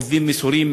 עובדים מסורים,